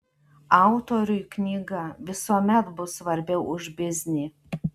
autoriui knyga visuomet bus svarbiau už biznį